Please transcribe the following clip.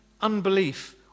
unbelief